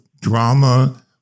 drama